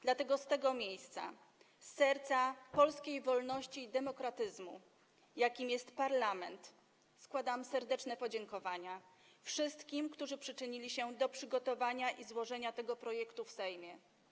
Dlatego z tego miejsca, z serca polskiej wolności i demokratyzmu, jakim jest parlament, składam serdeczne podziękowania wszystkim, którzy przyczynili się do przygotowania i złożenia tego projektu w Sejmie.